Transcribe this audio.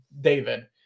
David